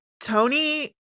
Tony